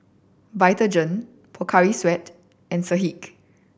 Vitagen Pocari Sweat and Schick